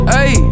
Hey